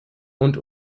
und